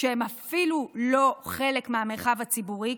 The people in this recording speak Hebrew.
כשהן אפילו לא חלק מהמרחב הציבורי,